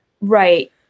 Right